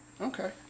Okay